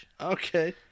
Okay